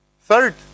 Third